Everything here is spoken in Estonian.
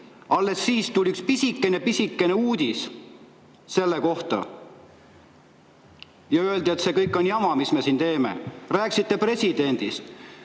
alles siis tuli üks pisikene uudis selle kohta ja öeldi, et see kõik on jama, mis me siin teeme. Te rääkisite presidendist.